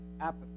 apathy